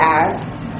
asked